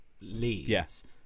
leads